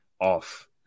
off